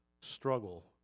struggle